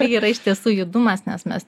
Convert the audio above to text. yra iš tiesų judumas nes mes